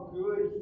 good